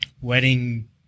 wedding